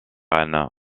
reine